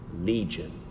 legion